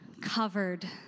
covered